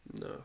no